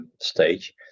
stage